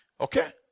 Okay